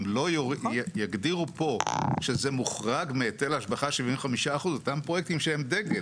אם לא יגדירו פה שזה מוחרג מהיטל השבחה 75%. גם פרויקטים שהם דגל.